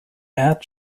add